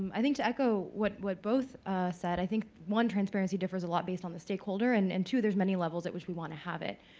i think to echo what what both said, i think one transparency differs a lot based on the stakeholder and, too and two, there's many levels at which we want to have it.